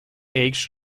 aged